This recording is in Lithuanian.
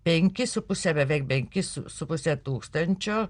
penki su puse beveik penki su su puse tūkstančio